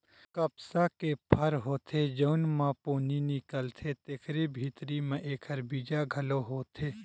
कपसा के फर होथे जउन म पोनी निकलथे तेखरे भीतरी म एखर बीजा घलो होथे